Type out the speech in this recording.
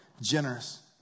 generous